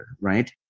right